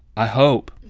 i hope.